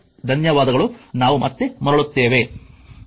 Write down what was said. ಧನ್ಯವಾದಗಳು ನಾವು ಮತ್ತೆ ಮರಳುತ್ತೇವೆ